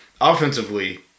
Offensively